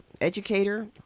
educator